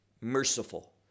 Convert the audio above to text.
merciful